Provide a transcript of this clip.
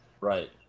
right